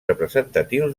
representatius